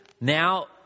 now